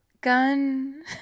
Gun